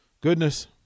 goodness